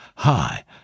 Hi